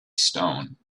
stone